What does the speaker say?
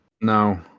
No